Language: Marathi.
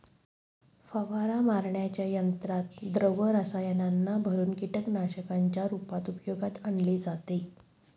फवारा मारण्याच्या यंत्रात द्रव रसायनांना भरुन कीटकनाशकांच्या रूपात उपयोगात आणले जाते